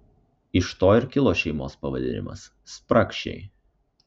iš to ir kilo šeimos pavadinimas spragšiai